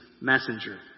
messenger